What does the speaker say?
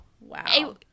Wow